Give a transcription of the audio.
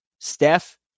Steph